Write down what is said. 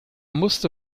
musste